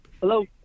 Hello